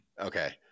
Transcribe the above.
Okay